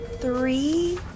Three